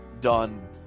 done